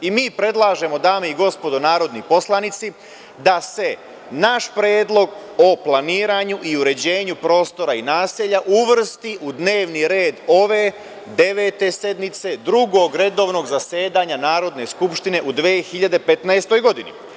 Mi predlažemo, dame i gospodo narodni poslanici, da se naš Predlog o planiranju i uređenju prostora i naselja uvrsti u dnevni red ove Devete sednice Drugog redovnog zasedanja Narodne skupštine u 2015. godini.